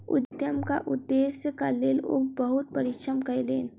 उद्यमक उदेश्यक लेल ओ बहुत परिश्रम कयलैन